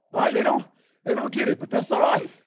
right, they don't they don't get it, but that's all right.